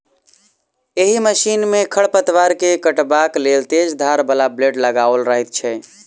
एहि मशीन मे खढ़ पतवार के काटबाक लेल तेज धार बला ब्लेड लगाओल रहैत छै